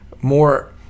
more –